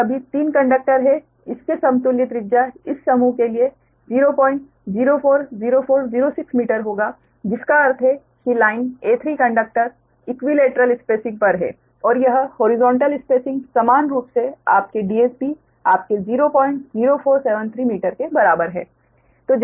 ये सभी 3 कंडक्टर हैं इसके समतुल्य त्रिज्या इस समूह के लिए 0040406 मीटर होगा जिसका अर्थ है कि line a3 conductor equilateral spacing पर हैं और यह हॉरिजॉन्टल स्पेसिंग समान रूप से आपके DSB आपके 00473 मीटर के बराबर है